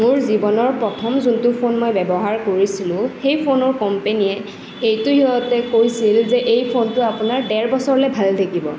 মোৰ জীৱনৰ প্ৰথম যিটো ফোন মই ব্যৱহাৰ কৰিছিলোঁ সেই ফোনৰ কোম্পেনীয়ে এইটো সিহঁতে কৈছিল যে এই ফোনটো আপোনাৰ ডেৰ বছৰলৈ ভালে থাকিব